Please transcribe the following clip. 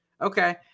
okay